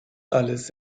alles